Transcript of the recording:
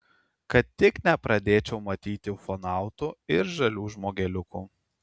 kad tik nepradėčiau matyti ufonautų ir žalių žmogeliukų